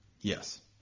Yes